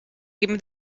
guim